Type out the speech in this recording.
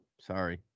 sorry